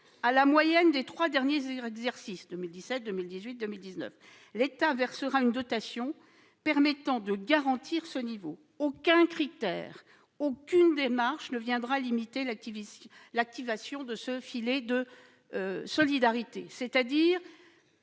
à la moyenne des trois derniers exercices, l'État versera une dotation permettant de garantir ce niveau. Aucun critère, aucune démarche ne limitera l'activation de ce filet de solidarité. Autrement